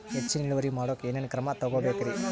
ಹೆಚ್ಚಿನ್ ಇಳುವರಿ ಮಾಡೋಕ್ ಏನ್ ಏನ್ ಕ್ರಮ ತೇಗೋಬೇಕ್ರಿ?